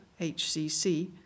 HCC